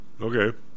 Okay